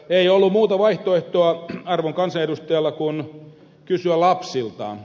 ei ollut muuta vaihtoehtoa arvon kansanedustajalla kuin kysyä lapsiltaan